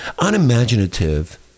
unimaginative